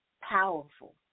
Powerful